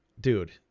dude